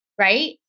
right